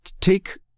take